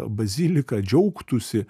bazilika džiaugtųsi